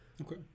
Okay